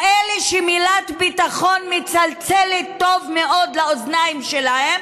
לאלה שהמילה ביטחון מצלצלת טוב מאוד לאוזניים שלהם,